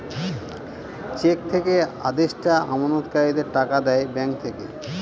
check থেকে আদেষ্টা আমানতকারীদের টাকা দেয় ব্যাঙ্ক থেকে